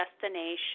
destination